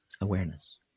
Awareness